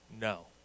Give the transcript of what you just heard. No